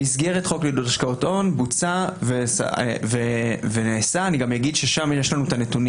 במסגרת חוק לעידוד השקעות הון בוצע ונעשה ויש לנו שם גם נתונים